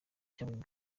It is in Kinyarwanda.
cyabonye